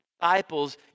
disciples